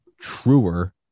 truer